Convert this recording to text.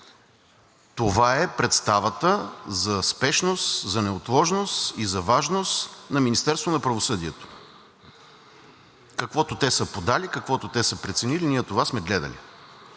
Това е представата за спешност, за неотложност и за важност на Министерството на правосъдието. Каквото те са подали, каквото те са преценили, ние това сме гледали,